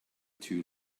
two